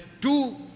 two